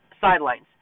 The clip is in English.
sidelines